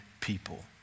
people